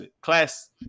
class